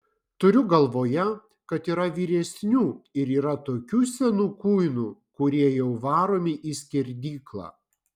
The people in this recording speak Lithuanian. turiu galvoje kad yra vyresnių ir yra tokių senų kuinų kurie jau varomi į skerdyklą